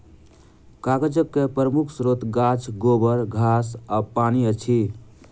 कागजक प्रमुख स्रोत गाछ, गोबर, घास आ पानि अछि